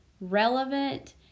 relevant